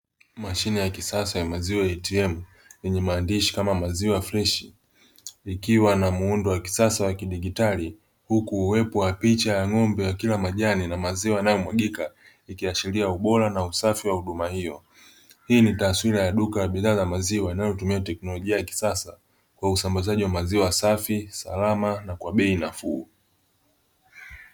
Mashine ya kisasa ya maziwa ya ATM, yenye mandishi kama, maziwa freshi" ikiwa na muundo wa kisasa Wa kidijitali huku uwepo wa picha ya ng'ombe akila na maziwa yanayomwagika ikiashiria ubora na usafi wa huduma hiyo. Hii ni taswira ya duka la bidhaa za maziwa linalotumia teknolojia ya kisasa kwa usambazaji wa maziwa safi, salama na kwa bei nafuu.